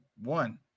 one